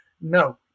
no